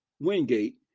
Wingate